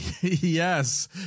Yes